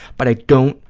but i don't